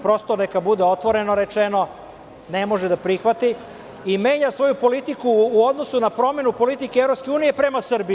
Prosto neka bude otvoreno rečeno - ne može da prihvati i menja svoju politiku u odnosu na promenu politike EU prema Srbiji.